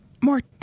more